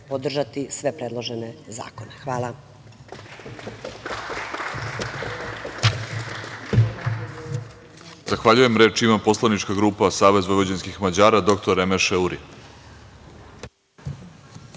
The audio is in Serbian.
podržati sve predložene zakone. Hvala.